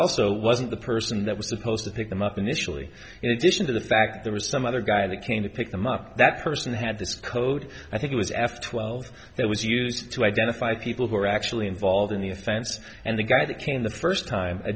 also wasn't the person that was supposed to pick them up initially in addition to the fact there was some other guy that came to pick them up that person had this code i think it was f twelve that was used to identify people who were actually involved in the offense and the guy that came the first time a